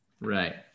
right